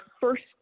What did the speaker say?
first